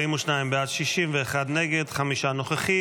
42 בעד, 61 נגד, חמישה נוכחים.